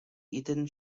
eaton